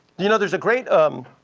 you know there's a great um